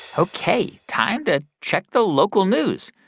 ok, time to check the local news.